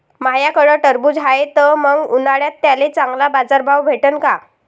माह्याकडं टरबूज हाये त मंग उन्हाळ्यात त्याले चांगला बाजार भाव भेटन का?